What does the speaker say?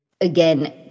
again